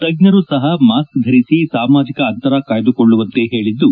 ತಜ್ಞರು ಸಹ ಮಾಸ್ಕ್ ಧರಿಸಿ ಸಾಮಾಜಿಕ ಅಂತರ ಕಾಯ್ದುಕೊಳ್ಳುವಂತೆ ಹೇಳದ್ದು